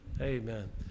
amen